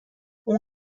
اون